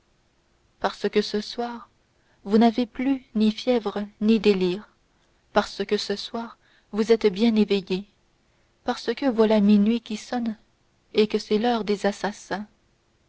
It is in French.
parce que ce soir vous n'avez plus ni fièvre ni délire parce que ce soir vous êtes bien éveillée parce que voilà minuit qui sonne et que c'est l'heure des assassins